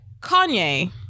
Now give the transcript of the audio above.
Kanye